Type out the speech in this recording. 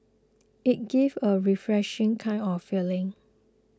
it gives a refreshing kind of feeling